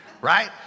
Right